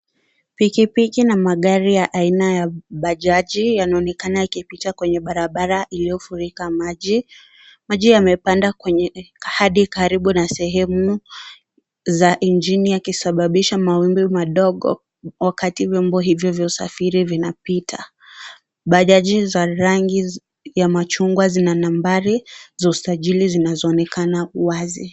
Pikipiki na magari ya aina ya bajaji yanaonekana yakipita kwenye barabara iliyofurika maji. Maji yamepanda kwenye hadi karibu na sehemu za injini yakisababishi mawimbi madogo wakati vyombo hivyo vya usafiri vinapita. Bajaji za rangi ya machungwa zina nambari za usajili zinazoonekana wazi.